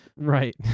Right